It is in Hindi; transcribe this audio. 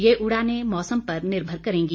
यह उड़ाने मौसम पर निर्भर करेंगी